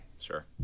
Sure